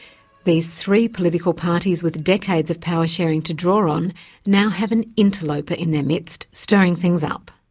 these three political parties with decades of power sharing to draw on now have an interloper in their midst, stirring things up.